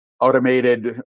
automated